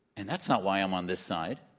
and that's not why i'm on this side.